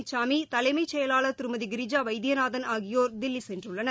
நித்தி தலைமை செயலாளர் திருமதி கிரிஜா வைத்தியநாதன் ஆகியோர் தில்லி சென்றுள்ளனர்